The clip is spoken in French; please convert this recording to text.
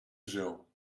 géant